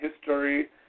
History